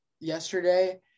yesterday